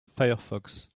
firefox